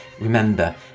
remember